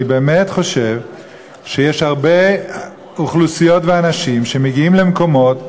אני באמת חושב שיש הרבה אוכלוסיות ואנשים שמגיעים למקומות,